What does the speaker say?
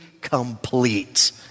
complete